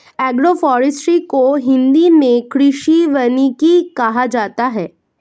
agroforestry को हिंदी मे कृषि वानिकी कहा जाता है